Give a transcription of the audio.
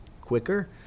quicker